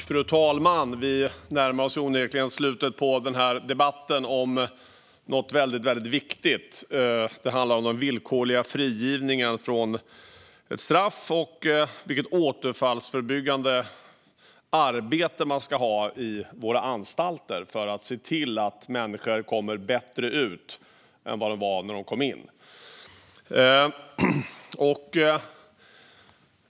Fru talman! Vi närmar oss onekligen slutet på debatten om något väldigt viktigt. Det handlar om villkorlig frigivning från straff och vilket återfallsförebyggande arbete man ska ha på våra anstalter för att se till att människor kommer ut bättre än vad de var när de kom in.